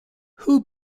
who